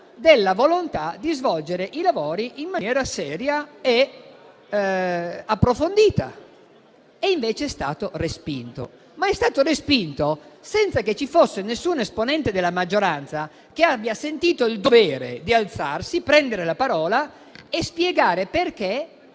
della volontà di svolgere i lavori in maniera seria e approfondita. Invece è stato respinto, ma senza che alcun esponente della maggioranza abbia sentito il dovere di alzarsi, prendere la parola e spiegare perché